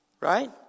Right